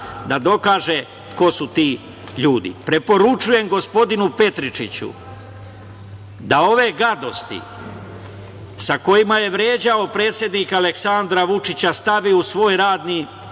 da dokaže ko su ti ljudi. Preporučujem gospodinu Petričiću da ove gadosti kojima je vređao predsednika Aleksandra Vučića stavi u svoj radni